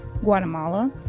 Guatemala